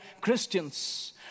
Christians